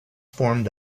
formed